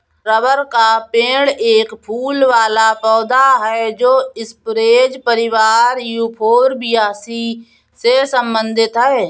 rubber का पेड़ एक फूल वाला पौधा है जो स्परेज परिवार यूफोरबियासी से संबंधित है